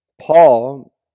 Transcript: Paul